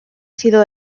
sido